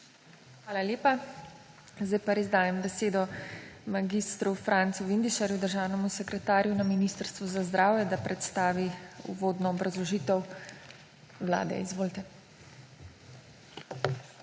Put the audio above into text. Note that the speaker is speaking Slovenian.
Hvala lepa. Sedaj pa res dajem besedo mag. Francu Vindišarju, državnemu sekretarju Ministrstva za zdravje, da predstavi uvodno obrazložitev Vlade. Izvolite.